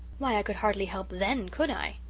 why, i could hardly help then could i?